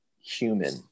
human